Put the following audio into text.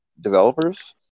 developers